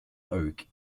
oak